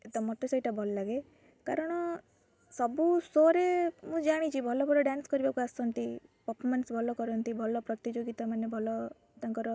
ତ ମତେ ସେଇଟା ଭଲ ଲାଗେ କାରଣ ସବୁ ଶୋ ରେ ମୁଁ ଜାଣିଛି ଭଲ ଭଲ ଡ୍ୟାନ୍ସ୍ କରିବାକୁ ଆସନ୍ତି ପ୍ରଫମାନ୍ସ୍ ଭଲ କରନ୍ତି ଭଲ ପ୍ରତିଯୋଗିତା ମାନେ ଭଲ ତାଙ୍କର